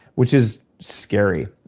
which is scary.